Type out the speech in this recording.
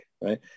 right